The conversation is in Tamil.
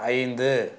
ஐந்து